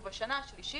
ובשנה השלישית,